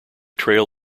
trail